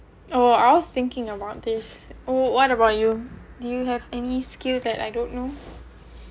oh I was thinking about this what about you do you have any skill that I don't know